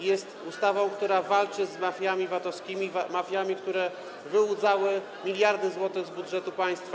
jest ustawą, która walczy z mafiami VAT-owskimi, mafiami, które wyłudzały miliardy złotych z budżetu państwa.